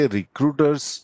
recruiters